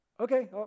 Okay